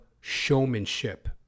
showmanship